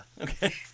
Okay